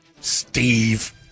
Steve